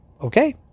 Okay